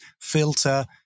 filter